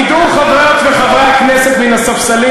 חברי הכנסת ממרצ,